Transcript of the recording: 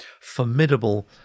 formidable